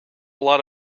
lot